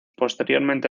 posteriormente